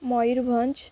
Mayurbhanj